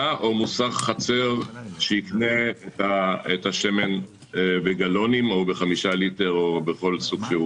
או מוסך חצר שיקנה את השמן בגלונים או ב-5 ליטר או בכל סוג.